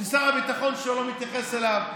שר הביטחון שלו לא מתייחס אליו,